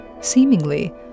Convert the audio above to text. seemingly